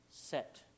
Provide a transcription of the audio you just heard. Set